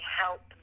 help